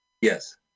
Yes